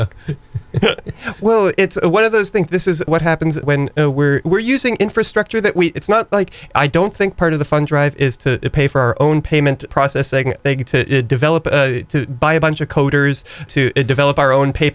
know well it's one of those think this is what happens when we're we're using infrastructure that we it's not like i don't think part of the fun drive is to pay for our own payment processing they get to develop to buy a bunch of coders to develop our own pay